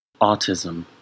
autism